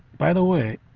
by the way,